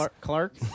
Clark